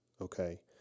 okay